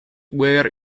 wear